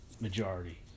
majority